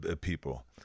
people